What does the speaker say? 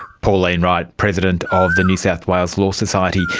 pauline wright, president of the new south wales law society,